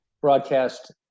broadcast